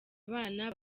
abana